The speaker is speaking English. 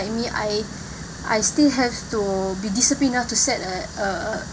me I I still have to be disciplined ah to set a a